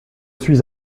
suis